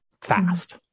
fast